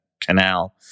Canal